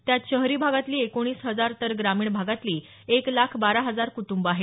त्यात शहरी भागातली एकोणीस हजार तर ग्रामीण भागातली एक लाख बारा हजार कुटुंबं आहेत